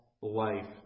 life